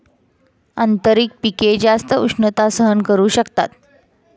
आंतरपिके जास्त उष्णता सहन करू शकतात